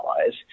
allies